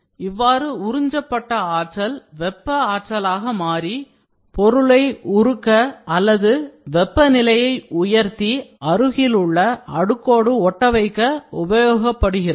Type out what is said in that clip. இவ்வாறு உறிஞ்சப்பட்ட ஆற்றல் வெப்ப ஆற்றலாக மாறி பொருளை உருக்க அல்லது வெப்ப நிலையை உயர்த்தி அருகிலுள்ள அடுக்கோடு ஒட்டவைக்க உபயோகப்படுகிறது